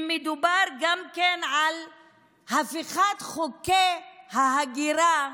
מדובר גם על הפיכת חוקי ההגירה,